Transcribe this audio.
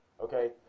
okay